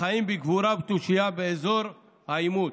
החיים בגבורה ובתושייה באזור העימות.